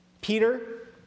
Peter